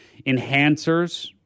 enhancers